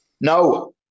No